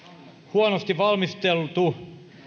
huonosti valmisteltu